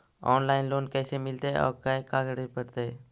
Online loan कैसे मिलतै औ का करे पड़तै?